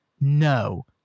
no